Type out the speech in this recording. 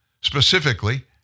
Specifically